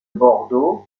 bordeaux